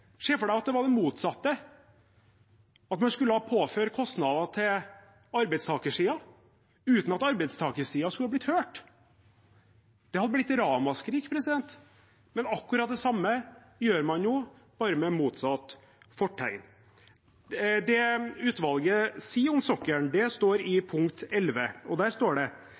Se for deg at det var det motsatte, at man skulle ha påført kostnader til arbeidstakersiden uten at arbeidstakersiden skulle blitt hørt. Det hadde blitt ramaskrik. Men akkurat det samme gjør man jo, bare med motsatt fortegn. Det utvalget sier om sokkelen, står i punkt elleve. Der står det: